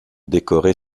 décorer